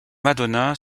madonna